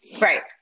Right